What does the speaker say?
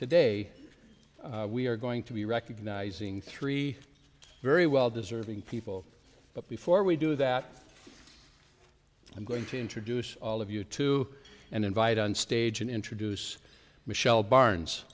today we are going to be recognizing three very well deserving people but before we do that i'm going to introduce all of you to and invite on stage and introduce michelle barnes